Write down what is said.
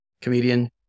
comedian